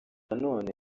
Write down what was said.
none